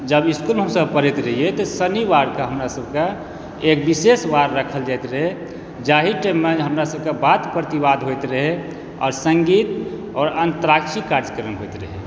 जब इसकुलमे हमसभ पढ़ैत रहियै तऽ शनिवारकेँ हमरासभके एक विशेष वार राखल जाइत रहै जाहि टाइममे हमरासभके वाद प्रतिवाद होइत रहै आओर सङ्गीत आओर अन्त्याक्षरी कार्यक्रम होइत रहै